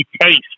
taste